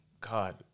God